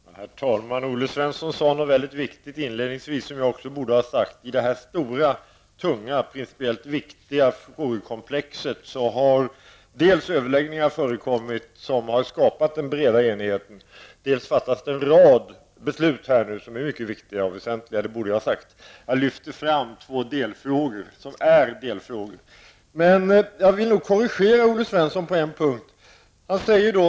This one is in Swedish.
Herr talman! Olle Svensson sade inledningsvis något viktigt som också jag borde ha sagt. I detta stora och tunga samt principiellt viktiga frågekomplex har det förekommit överläggningar som skapat en bred enighet, och här fattas en rad mycket viktiga beslut. Jag har lyft fram två delfrågor i detta komplex. Låt mig korrigera Olle Svensson på en punkt.